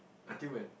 until when